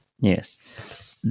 Yes